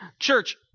Church